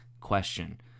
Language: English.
question